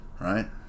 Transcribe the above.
right